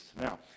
now